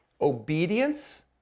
obedience